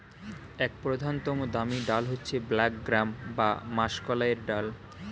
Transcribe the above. এক প্রধানতম দামি ডাল হচ্ছে ব্ল্যাক গ্রাম বা মাষকলাইয়ের ডাল